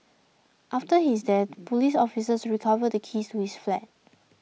after his death police officers recovered the keys to his flat